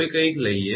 હવે કંઈક લઇએ